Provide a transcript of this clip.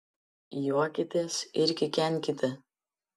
juokitės ir kikenkite